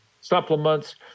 supplements